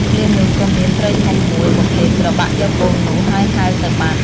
ភ្លាមនោះ ក៏មានត្រីធំមួយមកលេបត្របាក់យកកូននោះ ហើយហែលទៅបាត់។